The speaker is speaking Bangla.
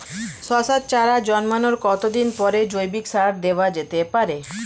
শশার চারা জন্মানোর কতদিন পরে জৈবিক সার দেওয়া যেতে পারে?